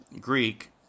Greek